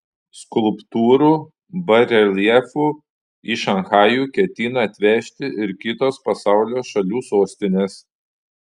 skulptūrų bareljefų į šanchajų ketina atvežti ir kitos pasaulio šalių sostinės